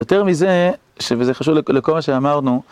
יותר מזה, וזה חשוב לכל מה שאמרנו,